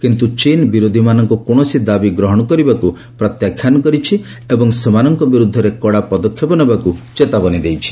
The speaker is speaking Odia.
କିନ୍ତୁ ଚୀନ ବିରୋଧୀମାନଙ୍କ କୌଶସି ଦାବି ଗ୍ରହଣ କରିବାକୁ ପ୍ରତ୍ୟାଖ୍ୟାନ କରିଛି ଏବଂ ସେମାନଙ୍କ ବିରୁଦ୍ଧରେ କଡ଼ା ପଦକ୍ଷେପ ନେବାକୁ ଚେତାବନୀ ଦେଇଛି